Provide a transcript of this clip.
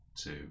two